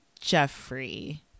Jeffrey